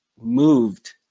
moved